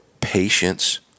patience